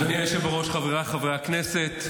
אדוני היושב בראש, חבריי חברי הכנסת,